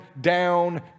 down